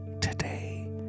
Today